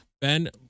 ben